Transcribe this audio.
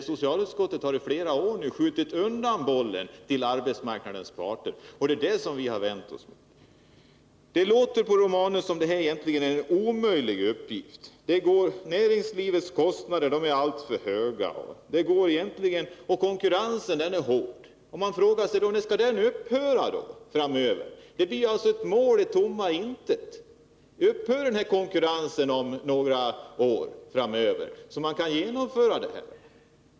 Socialutskottet har i flera år bollat över frågan till arbetsmarknadens parter, och det har vi vänt oss mot. Det låter på Gabriel Romanus som om en arbetstidsförkortning är omöjlig att genomföra. Näringslivets kostnader är för höga, konkurrensen är hård. När skall den konkurrensen upphöra? Det är alltså bara tomma ord när man säger att man vill ha en arbetstidsförkortning. Upphör konkurrensen om några år, så att vi kan genomföra en sådan reform?